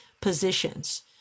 positions